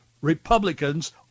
Republicans